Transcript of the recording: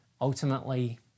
ultimately